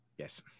Yes